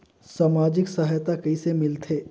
समाजिक सहायता कइसे मिलथे?